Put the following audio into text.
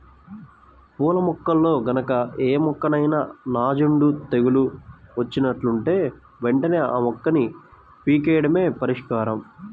పూల మొక్కల్లో గనక ఏ మొక్కకైనా నాంజేడు తెగులు వచ్చినట్లుంటే వెంటనే ఆ మొక్కని పీకెయ్యడమే పరిష్కారం